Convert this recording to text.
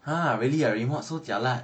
!huh! really ah remod so jialat